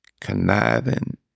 conniving